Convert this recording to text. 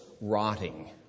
rotting